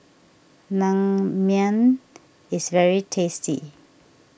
Naengmyeon is very tasty